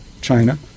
China